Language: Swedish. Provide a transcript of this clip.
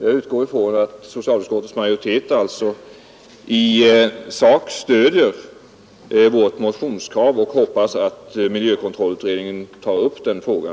Jag utgår ifrån att socialutskottets majoritet i sak stöder vårt motionskrav och hoppas att miljökontrollutredningen tar upp frågan.